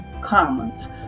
Commons